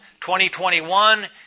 2021